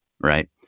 Right